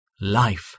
life